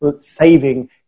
saving